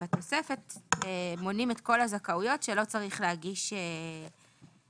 שבתוספת מונים את כל הזכאויות שלא צריך להגיש בקשה,